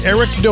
Eric